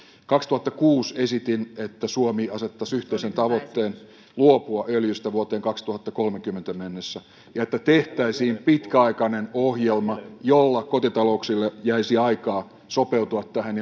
kaksituhattakuusi esitin että suomi asettaisi yhteisen tavoitteen luopua öljystä vuoteen kaksituhattakolmekymmentä mennessä ja että tehtäisiin pitkäaikainen ohjelma jolla kotitalouksille ja myös yrityksille jäisi aikaa sopeutua tähän